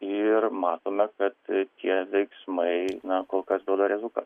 ir matome kad tie veiksmai na kol kas duoda rezultatą